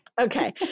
Okay